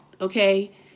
okay